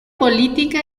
política